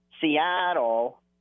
Seattle